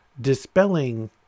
dispelling